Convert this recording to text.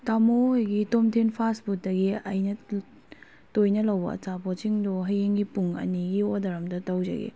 ꯇꯣꯊꯤ ꯍꯣꯏꯒꯤ ꯇꯣꯝꯊꯤꯟ ꯐꯥꯁꯐꯨꯗꯇꯒꯤ ꯑꯩꯅ ꯇꯣꯏꯅ ꯂꯧꯕ ꯑꯆꯥꯄꯣꯠꯁꯤꯡꯗꯨ ꯍꯌꯦꯡꯒꯤ ꯄꯨꯡ ꯑꯅꯤꯒꯤ ꯑꯣꯔꯗꯔ ꯑꯝꯇ ꯇꯧꯖꯒꯦ